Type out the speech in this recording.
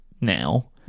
now